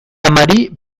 amari